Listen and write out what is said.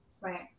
Right